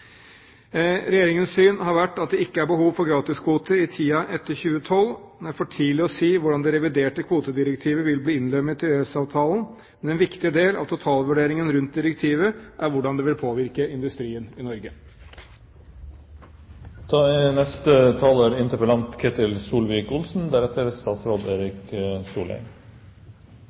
Regjeringens syn har vært at det ikke er behov for gratiskvoter i tiden etter 2012. Det er for tidlig å si hvordan det reviderte kvotedirektivet vil bli innlemmet i EØS-avtalen. Men en viktig del av totalvurderingen rundt direktivet er hvordan det vil påvirke industrien i Norge. Det er